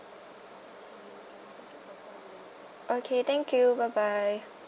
okay thank you bye bye